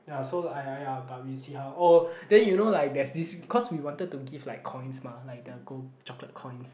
ya so !aiya! ya but we see how oh then you know like there's this cause we wanted to give like coins mah like the gold chocolate coins